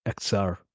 XR